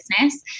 business